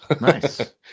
Nice